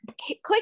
click